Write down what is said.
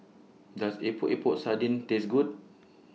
Does Epok Epok Sardin Taste Good